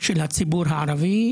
של הציבור הערבי,